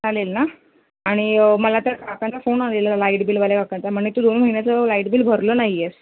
चालेल ना आणि मला त्या काकांचा फोन आलेलं लाईट बिलवाल्या काकांचा म्हणे तू दोन महिन्याचं लाईट बिल भरलं नाही आहेस